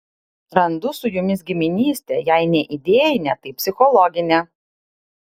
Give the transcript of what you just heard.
randu su jumis giminystę jei ne idėjinę tai psichologinę